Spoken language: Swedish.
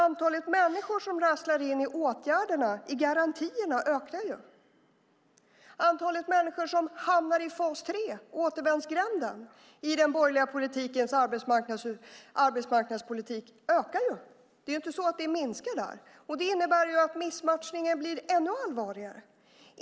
Antalet människor som rasslar in i åtgärderna, i garantierna, ökar. Antalet människor som hamnar i fas 3, återvändsgränden i den borgerliga arbetsmarknadspolitiken, ökar. Det minskar inte. Det innebär att missmatchningen blir ännu allvarligare.